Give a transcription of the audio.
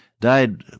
died